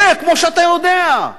צא, כמו שאתה יודע.